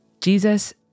Jesus